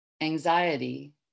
Anxiety